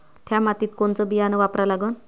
थ्या मातीत कोनचं बियानं वापरा लागन?